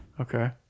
Okay